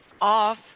off